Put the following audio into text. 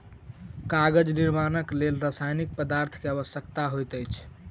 कागज निर्माणक लेल रासायनिक पदार्थ के आवश्यकता होइत अछि